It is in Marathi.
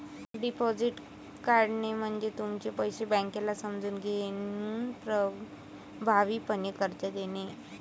डिपॉझिट काढणे म्हणजे तुमचे पैसे बँकेला समजून घेऊन प्रभावीपणे कर्ज देणे